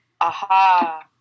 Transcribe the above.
Aha